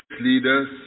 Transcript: leaders